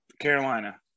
Carolina